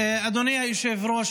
אדוני היושב-ראש,